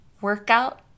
Workout